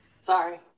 Sorry